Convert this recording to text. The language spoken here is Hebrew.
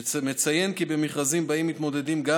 נציין כי במכרזים שבהם מתמודדות גם